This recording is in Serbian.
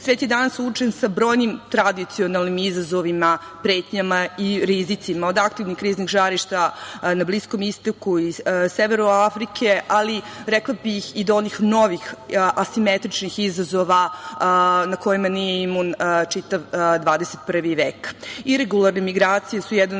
je danas suočen sa brojnim tradicionalnim izazovima, pretnjama i rizicima, od aktivnih kriznih žarišta na Bliskom istoku i severu Afrike, ali rekla bih, i do onih novih asimetričnih izazova na kojima nije imun čitav XXI vek. Iregularne migracije su jedan